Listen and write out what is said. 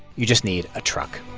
you just need a truck